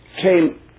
came